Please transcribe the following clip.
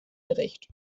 bericht